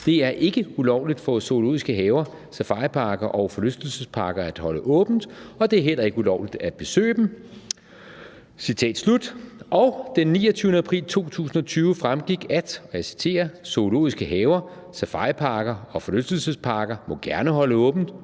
»Det er ikke ulovligt for zoologiske haver, safariparker og forlystelsesparker at holde åbent, og det er heller ikke ulovligt at besøge dem«, og den 29. april 2020 fremgik, at »Zoologiske haver, safariparker og forlystelsesparker må gerne holde åbent,